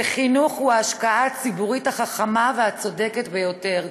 וחינוך הוא ההשקעה הציבורית החכמה והצודקת ביותר.